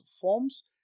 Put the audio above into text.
forms